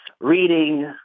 Reading